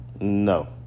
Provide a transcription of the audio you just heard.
no